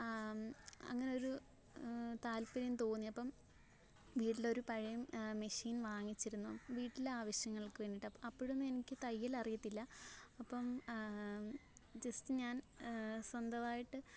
അങ്ങനെ ഒരു താൽപ്പര്യം തോന്നി അപ്പം വീട്ടിൽ ഒരു പഴയ മെഷീൻ വാങ്ങിച്ചിരുന്നു വീട്ടിലെ ആവിശ്യങ്ങൾക്ക് വേണ്ടിയിട്ട് അപ്പോഴൊന്നും എനിക്ക് ഈ തയ്യൽ അറിയത്തില്ല അപ്പം ജസ്റ്റ് ഞാൻ സ്വന്തമായിട്ട്